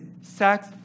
sex